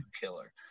killer